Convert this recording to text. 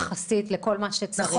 יחסית לכל מה שצריך.